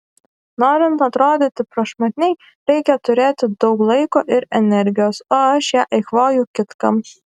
norint atrodyti prašmatniai reikia turėti daug laiko ir energijos o aš ją eikvoju kitkam